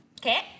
Okay